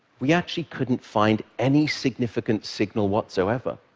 we actually couldn't find any significant signal whatsoever.